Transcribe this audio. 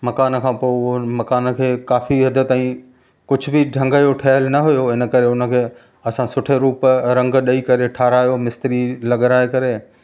मकान खां पोइ उन मकान खे काफ़ी हद ताईं कुझु बि ढंग जो ठहियलु न हुओ इन करे हुन खे असां सुठे रूप रंग ॾेई करे ठाहिरायो मिस्त्री लॻराए करे